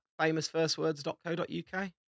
famousfirstwords.co.uk